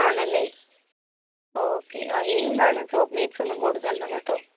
ആണല്ലേ ഓക്കെ ആ ഇനിയും അതിന് ചോക്ലേറ്റ്സ് ഒന്നും കൊടുക്കേണ്ട കേട്ടോ